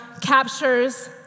captures